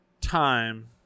time